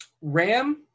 ram